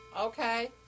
Okay